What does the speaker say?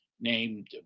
Named